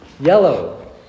yellow